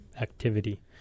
activity